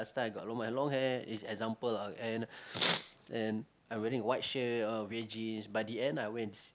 last time I got l~ my long hair is example lah and and I'm wearing a white shirt oh grey jeans but in the end I went